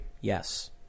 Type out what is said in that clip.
Yes